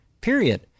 period